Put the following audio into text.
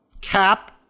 Cap